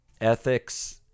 Ethics